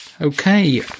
Okay